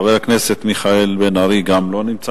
גם חבר הכנסת מיכאל בן-ארי אינו נוכח.